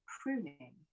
pruning